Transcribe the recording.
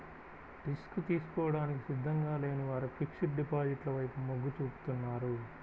risk తీసుకోవడానికి సిద్ధంగా లేని వారు ఫిక్స్డ్ డిపాజిట్ల వైపు మొగ్గు చూపుతున్నారు